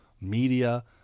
media